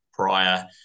prior